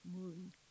moon